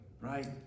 right